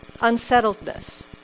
unsettledness